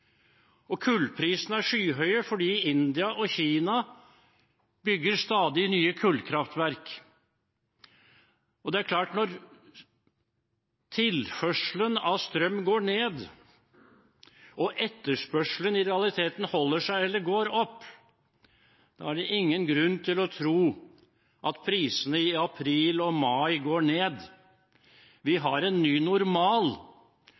Kullprisene er skyhøye fordi India og Kina bygger stadig nye kullkraftverk. Det er klart at når tilførselen av strøm går ned, og etterspørselen i realiteten holder seg på samme nivå eller går opp, er det ingen grunn til å tro at prisene i april og mai skal gå ned. Vi har en ny normal,